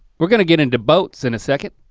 we're gonna get into boats in a second.